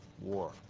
War